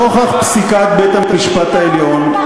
נוכח פסיקת בית-המשפט העליון,